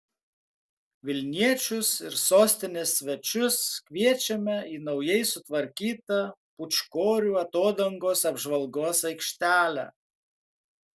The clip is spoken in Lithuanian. vilniečius ir sostinės svečius kviečiame į naujai sutvarkytą pūčkorių atodangos apžvalgos aikštelę